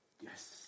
Yes